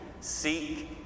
seek